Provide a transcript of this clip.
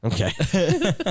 Okay